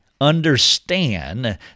understand